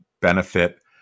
benefit